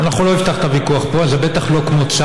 לא נפתח את הוויכוח פה.